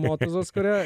motuzos kuria